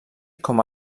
com